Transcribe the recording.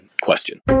question